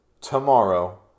tomorrow